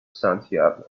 santiago